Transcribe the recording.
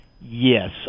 Yes